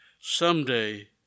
someday